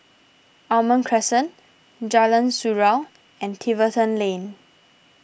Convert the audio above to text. Almond Crescent Jalan Surau and Tiverton Lane